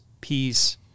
peace